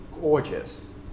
gorgeous